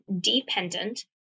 dependent